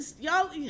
Y'all